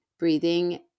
Breathing